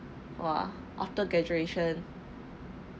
!wah! after graduation